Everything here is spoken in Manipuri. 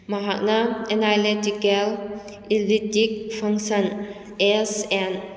ꯃꯍꯥꯛꯅ analytical elliptic function S and